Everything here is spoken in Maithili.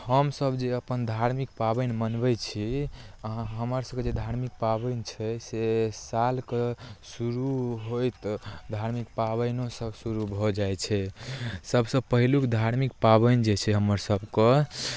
हमसभ जे अपन धार्मिक पाबनि मनबै छी अहाँ हमरसभके जे धार्मिक पाबनि छै से सालके शुरू होइत धार्मिक पाबनिओसभ शुरू भऽ जाइ छै सभसँ पहिलुक धार्मिक पाबनि जे छै हमर सभके